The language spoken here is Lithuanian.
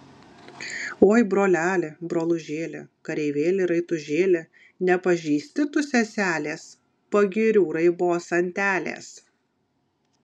oi broleli brolužėli kareivėli raitužėli nepažįsti tu seselės pagirių raibos antelės